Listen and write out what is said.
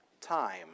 time